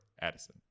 Addison